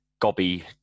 gobby